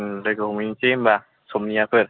लोगो हमहैसै होनब्ला समियाफोर